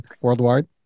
worldwide